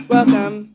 Welcome